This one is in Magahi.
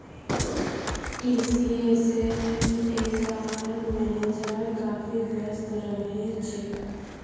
टीसीएसेर एचआर मैनेजर काफी व्यस्त रह छेक